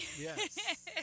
Yes